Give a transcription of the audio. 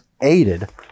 aided